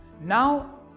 Now